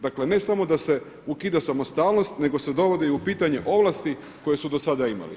Dakle, ne samo da se ukida samostalnost, nego se dovodi u pitanje ovlasti koje su do sada imali.